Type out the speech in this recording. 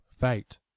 fate